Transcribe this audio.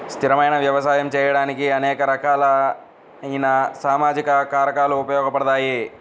స్థిరమైన వ్యవసాయం చేయడానికి అనేక రకాలైన సామాజిక కారకాలు ఉపయోగపడతాయి